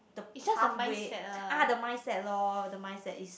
the pathway ah the mindset loh the mindset is